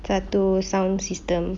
satu sound system